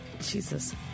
Jesus